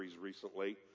recently